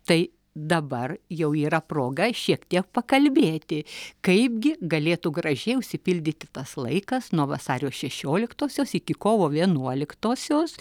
tai dabar jau yra proga šiek tiek pakalbėti kaipgi galėtų gražiai užsipildyti tas laikas nuo vasario šešioliktosios iki kovo vienuoliktosios